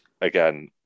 Again